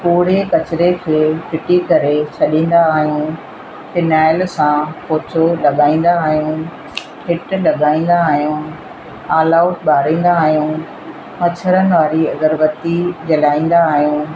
पूरे कचिरे खे फिटी करे छॾींदा आहियूं फिनायल सां पोचो लॻाईंदा आहियूं हिट लॻाईंदा आहियूं आलआउट ॿारींदा आहियूं मछरनि वारी अगरबती जलाईंदा आहियूं